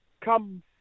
come